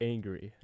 Angry